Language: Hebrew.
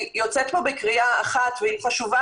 אני יוצאת פה בקריאה אחת והיא חשובה